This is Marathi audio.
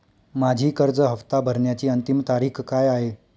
माझी कर्ज हफ्ता भरण्याची अंतिम तारीख काय आहे?